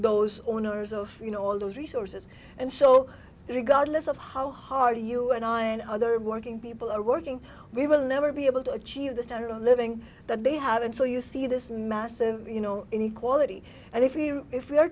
those owners of you know all those resources and so regardless of how hard you and i and other working people are working we will never be able to achieve the standard of living that they have and so you see this massive you know inequality and if you if we are